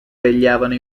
vegliavano